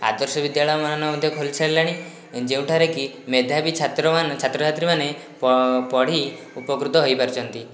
ଆଦର୍ଶ ବିଦ୍ୟାଳୟମାନ ମଧ୍ୟ ଖୋଲିସାରିଲେଣି ଯେଉଁଠାରେକି ମେଧାବୀ ଛାତ୍ରମାନେ ଛାତ୍ରଛାତ୍ରୀ ମାନେ ପ ପଢ଼ି ଉପକୃତ ହୋଇପାରୁଛନ୍ତି